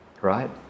right